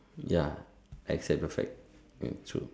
ya I accept the fact hmm true